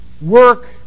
work